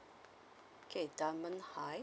okay diamond high